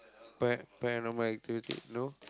para~ paranormal activities no